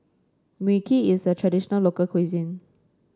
Mui Kee is a traditional local cuisine